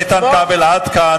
חבר הכנסת איתן כבל, עד כאן.